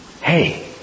Hey